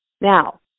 Now